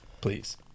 please